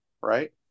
right